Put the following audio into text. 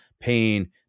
pain